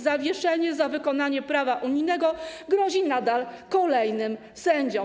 Zawieszenie za wykonanie prawa unijnego grozi nadal kolejnym sędziom.